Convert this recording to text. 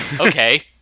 Okay